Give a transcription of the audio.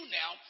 now